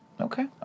Okay